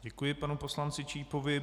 Děkuji panu poslanci Čípovi.